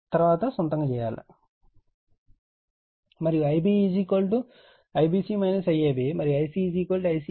తరువాత సొంతంగా చేయండి మరియు Ib IBC IAB మరియు Ic ICA IBC